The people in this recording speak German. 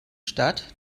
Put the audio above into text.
stadt